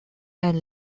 and